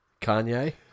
Kanye